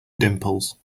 dimples